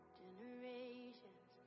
generations